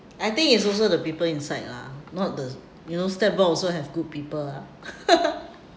I think it's also the people inside lah not the you know stat board also have good people lah